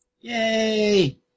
Yay